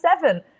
seven